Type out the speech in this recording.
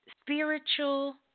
spiritual